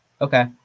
Okay